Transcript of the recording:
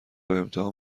امتحان